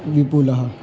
विपुलः